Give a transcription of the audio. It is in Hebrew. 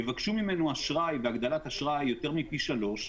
יבקשו ממנו אשראי והגדלת אשראי יותר מפי שלושה,